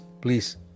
please